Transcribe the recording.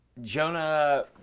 Jonah